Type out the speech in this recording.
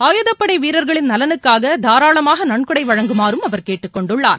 ஆயுதப்படைவீரர்களின் நலனுக்காகதாராளமாகநன்கொடைவழங்குமாறும் அவர் கேட்டுக்கொண்டார்